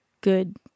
good